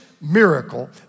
miracle